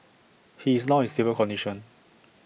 he is now in stable condition